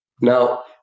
Now